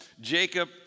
Jacob